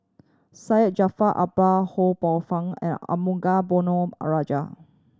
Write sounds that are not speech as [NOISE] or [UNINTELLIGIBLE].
Syed Jaafar Albar Ho Poh Fun and Arumugam Ponnu [UNINTELLIGIBLE] Rajah